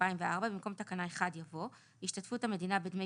במקום תקנה 1 יבוא השתתפות המדינה בדמי